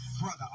Brother